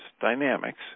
dynamics